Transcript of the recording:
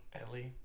Ellie